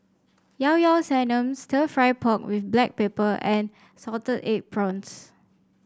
Llao Llao Sanum stir fry pork with Black Pepper and Salted Egg Prawns